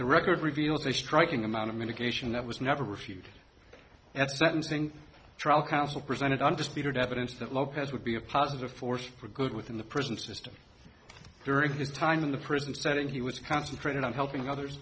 the record reveals a striking amount of mitigation that was never refuted at sentencing trial counsel presented undisputed evidence that lopez would be a positive force for good within the prison system during his time in the prison setting he was concentrating on helping others